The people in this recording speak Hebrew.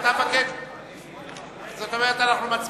זאת אומרת, אנחנו מצביעים.